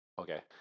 Okay